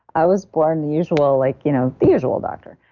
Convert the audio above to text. i was born the usual like you know the usual doctor,